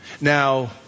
Now